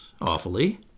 awfully